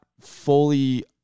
fully